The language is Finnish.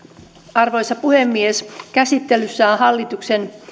arvoisa puhemies käsittelyssä on hallituksen